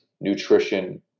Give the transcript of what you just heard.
nutrition